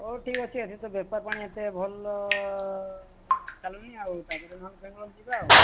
ହଉ ଠିକ୍ ଅଛି ସେତ ବେପାର ପାଣି ଏତେ ଭଲ ଚାଲୁନି ଆଉ ତାପରେ ନ ହେଲେ ବେଙ୍ଗଲୋର ଯିବା ଆଉ